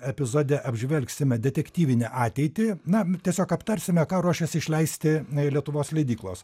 epizode apžvelgsime detektyvinę ateitį na tiesiog aptarsime ką ruošiasi išleisti lietuvos leidyklos